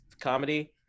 comedy